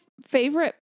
favorite